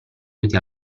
utili